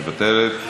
מוותרת.